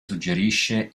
suggerisce